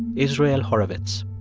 israel horovitz.